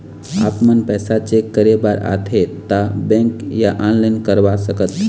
आपमन पैसा चेक करे बार आथे ता बैंक या ऑनलाइन करवा सकत?